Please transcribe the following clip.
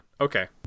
Okay